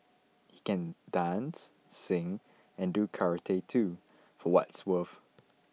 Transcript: he can dance sing and do karate too for what's worth